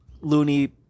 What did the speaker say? loony